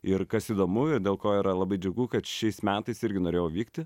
ir kas įdomu ir dėl ko yra labai džiugu kad šiais metais irgi norėjau vykti